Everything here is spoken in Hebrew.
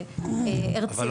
הרצליה.